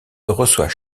reçoit